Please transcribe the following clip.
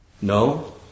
No